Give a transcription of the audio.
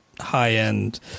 high-end